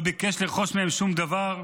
לא ביקש לרכוש מהם שום דבר,